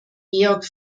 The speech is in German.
georg